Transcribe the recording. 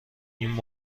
این